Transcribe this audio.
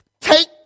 Take